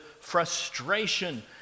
frustration